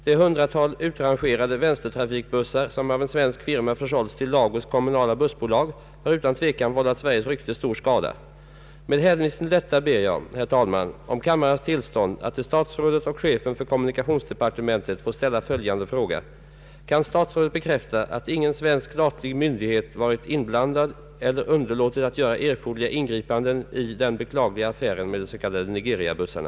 Det hundratal utrangerade vänstertrafikbussar, som av en svensk firma försålts till Lagos kommunala bussbolag, har utan tvekan vållat Sveriges rykte stor skada. Med hänvisning till detta ber jag, herr talman, om kammarens tillstånd att till statsrådet och chefen för kommunikationsdepartementet få ställa följande fråga: Kan statsrådet bekräfta, att ingen svensk statlig myndighet varit inblandad eller underlåtit att göra erforderliga ingripanden i den beklagliga affären med de s.k. Nigeriabussarna?